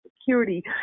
security